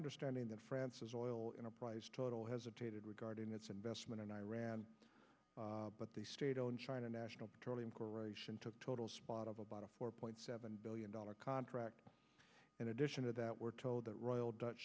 understanding that france's oil price total hesitated regarding its investment in iran but the state owned china national petroleum corporation took total spot of about a four point seven billion dollar contract in addition to that we're told that royal dutch